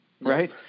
right